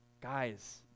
guys